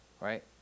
right